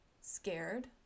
scared